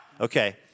Okay